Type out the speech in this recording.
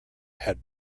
had